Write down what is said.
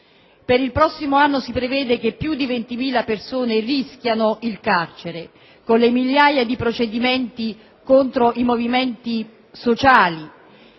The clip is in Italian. Per il prossimo anno si prevede che più di ventimila persone rischino il carcere con le migliaia di procedimenti contro i movimenti sociali